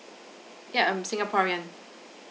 yup I'm singaporean